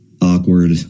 awkward